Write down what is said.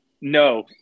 No